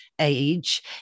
age